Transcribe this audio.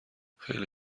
خیلی